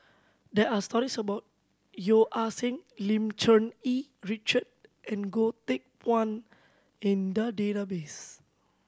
there are stories about Yeo Ah Seng Lim Cherng Yih Richard and Goh Teck Phuan in the database